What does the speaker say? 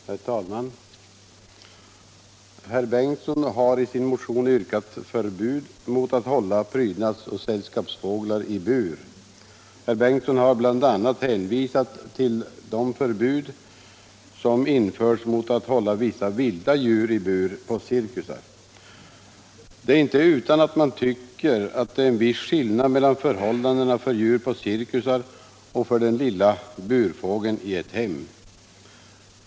Herr talman! Herr förste vice talmannen Bengtson har i sin motion yrkat på förbud mot att hålla prydnadsoch sällskapsfåglar i bur. Han har bl.a. hänvisat till det förbud som införts mot att hålla vissa vilda djur i bur på cirkusar. Det är inte utan att man tycker att det är en viss skillnad mellan förhållandena för djur på cirkusar och för den lilla burfågeln i ett hem.